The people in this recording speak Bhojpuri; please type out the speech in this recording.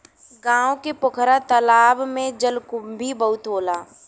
गांव के पोखरा तालाब में जलकुंभी बहुते होला